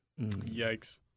yikes